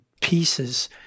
pieces